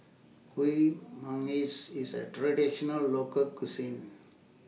Kuih Manggis IS A Traditional Local Cuisine